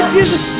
Jesus